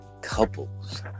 couples